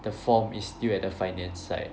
the form is still at the finance site